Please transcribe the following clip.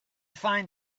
find